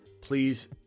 please